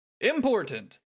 important